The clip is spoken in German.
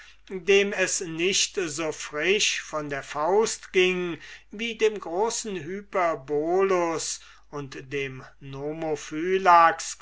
dem es nicht so fix von der faust ging als dem großen hyperbolus und dem